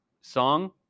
song